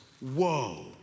Whoa